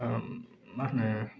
मा होनो